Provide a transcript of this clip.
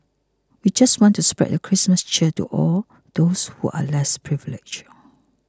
we just want to spread the Christmas cheer to all those who are less privileged